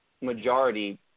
majority